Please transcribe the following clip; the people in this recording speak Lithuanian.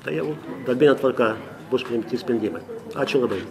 tai jau darbinė tvarka bus priimti sprendimai ačiū labai